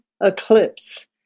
eclipse